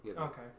Okay